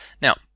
Now